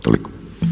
Toliko.